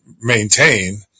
maintain